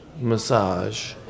massage